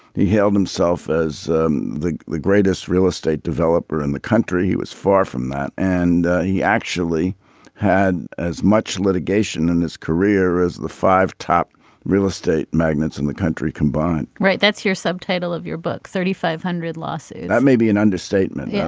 he held himself as um the the greatest real estate developer in the country. he was far from that and he actually had as much litigation in his career as the five top real estate magnets in the country combined right that's your subtitle of your book. thirty five hundred losses i may be an understatement. yeah